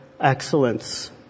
excellence